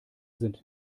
sind